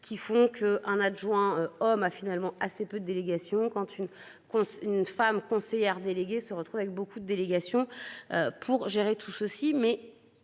qui font qu'un adjoint homme a finalement assez peu délégation quand une con. Une femme conseillère déléguée se retrouve avec beaucoup de délégations. Pour gérer tout ceci